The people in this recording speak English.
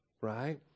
Right